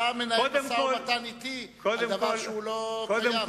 אתה מנהל משא-ומתן אתי על דבר שלא קיים.